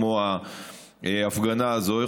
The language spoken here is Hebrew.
כמו ההפגנה הזו.